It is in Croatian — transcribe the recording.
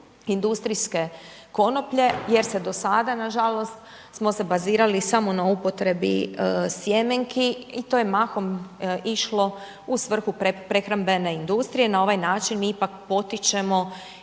industrijske konoplje jer se do sada, nažalost, smo se bazirali samo na upotrebi sjemenki i to je mahom išlo u svrhu prehrambene industrije, na ovaj način ipak potičemo